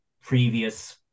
previous